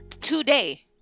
today